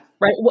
Right